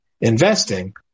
investing